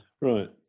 Right